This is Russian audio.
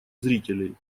зрителей